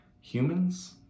humans